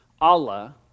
Allah